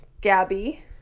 Gabby